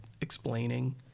explaining